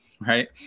right